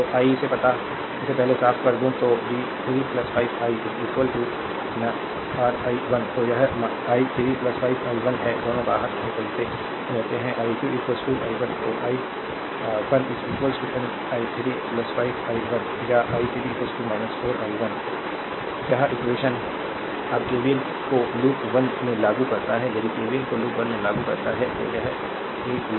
तो आई इसे पहले साफ कर दूं तो री 3 5 i 1 ri 1 तो यह i 3 5 i 1 है दोनों बाहर निकल रहे हैं i2 i 1 तो आई 1 ri 3 5 i 1 या i 3 4 i 1 यह इक्वेशन अब केवीएल को लूप वन में लागू करता है यदि केवीएल को लूप 1 में लागू करता है तो यह लूप